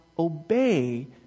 Obey